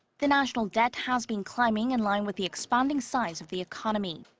the national debt has been climbing in line with the expanding size of the economy.